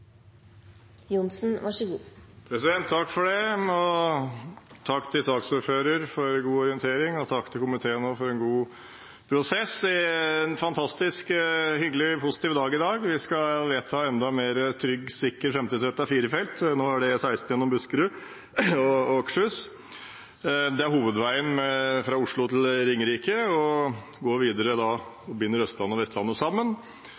Takk til saksordføreren for en god orientering og takk til komiteen for en god prosess. Det er en fantastisk hyggelig og positiv dag i dag. Vi skal vedta enda mer trygg, sikker, framtidsrettet firefelts vei, og nå er det E16 gjennom Buskerud og Akershus. Det er hovedveien fra Oslo til Ringerike og